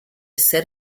ser